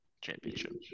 championship